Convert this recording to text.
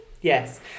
Yes